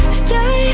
stay